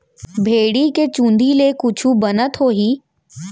भेड़ी के चूंदी ले कुछु बनत होही?